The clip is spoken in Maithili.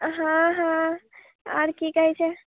हँ हँ आर की कहै छै